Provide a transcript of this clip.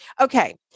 Okay